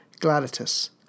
Gladitus